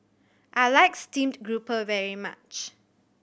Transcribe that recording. I like steamed grouper very much